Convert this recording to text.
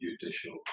judicial